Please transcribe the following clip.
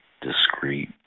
discreet